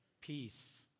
peace